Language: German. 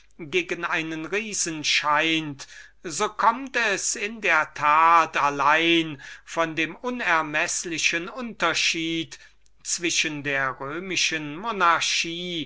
gegen einen riesen scheint so kommt es in der tat allein von dem unermeßlichen unterschied zwischen der römischen monarchie